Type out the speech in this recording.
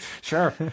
sure